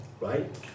right